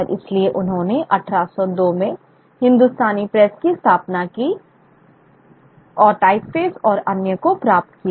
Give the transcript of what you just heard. और इसलिए उन्होंने 1802 में हिंदुस्तानी प्रेस की स्थापना की और टाइपफेस और अन्य को प्राप्त किया